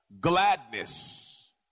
gladness